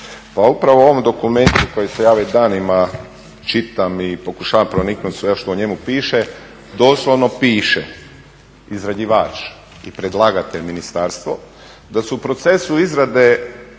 upravo u ovom dokumentu koji ja već danima čitam i pročitam proniknuti sve što u njemu piše, doslovno piše: "Izrađivač i predlagatelj ministarstvo da su u procesu izrade